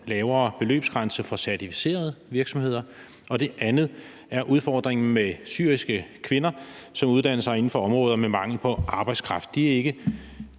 lavere beløbsgrænse for certificerede virksomheder, og det andet er udfordringen med syriske kvinder, som uddanner sig inden for områder med mangel på arbejdskraft. De ting er ikke